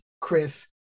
chris